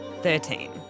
Thirteen